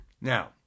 now